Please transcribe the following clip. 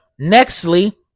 nextly